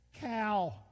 Cow